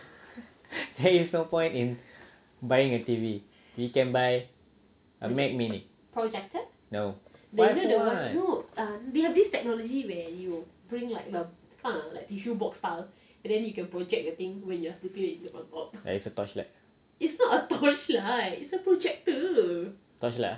there is no point in buying a T_V we can buy a mac mini no why for what it's just a torchlight torchlight